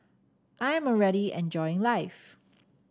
I am already enjoying my life